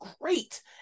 great